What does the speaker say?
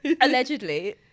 allegedly